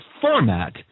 format